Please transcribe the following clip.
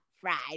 fries